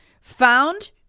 found